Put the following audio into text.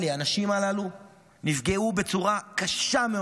האנשים הללו נפגעו בצורה קשה מאוד,